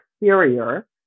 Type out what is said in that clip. exterior